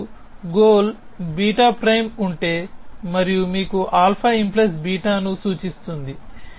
మీకు గోల్ β' ఉంటే మరియు మీకు α🡪β ను సూచిస్తుంది